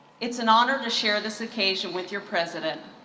it's an honor to share this occasion with your president,